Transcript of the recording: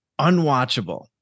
unwatchable